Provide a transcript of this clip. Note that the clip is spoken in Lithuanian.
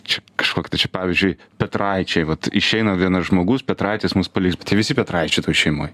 čia kažkokia tai pavyzdžiui petraičiai vat išeina vienas žmogus petraitis mus paliks bet jie visi petraičiai toj šeimoj